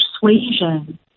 persuasion